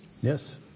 Yes